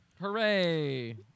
Hooray